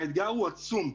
האתגר הוא עצום,